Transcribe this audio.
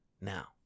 now